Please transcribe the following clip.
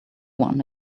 one